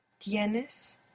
Tienes